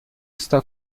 está